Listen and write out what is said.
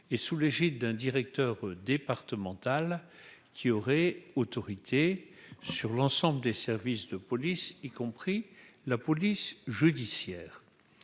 et sous l'égide d'un directeur départemental qui aurait autorité sur l'ensemble des services de police, y compris la police judiciaire,